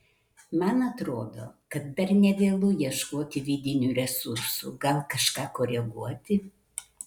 man atrodo kad dar ne vėlu ieškoti vidinių resursų gal kažką koreguoti